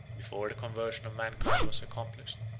before the conversion of mankind was accomplished,